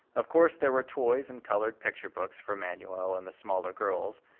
of course there were toys and colored picture-books for manuel and the smaller girls,